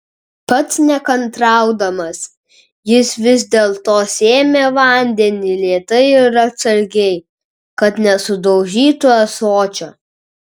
pats nekantraudamas jis vis dėlto sėmė vandenį lėtai ir atsargiai kad nesudaužytų ąsočio